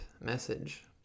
message